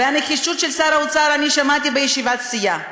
והנחישות של שר האוצר, שמעתי אותה בישיבת הסיעה.